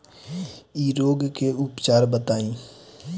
इ रोग के उपचार बताई?